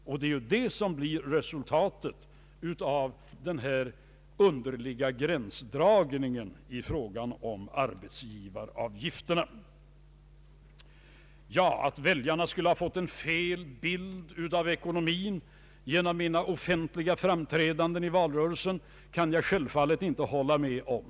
Och det är ju det som blev resultatet av den här underliga gränsdragningen i fråga om arbetsgivaravgifterna. Att väljarna skulle ha fått en felaktig bild av ekonomin genom mina offentliga framträdanden i valrörelsen, kan jag självfallet inte hålla med om.